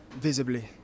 Visibly